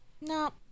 No